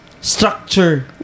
Structure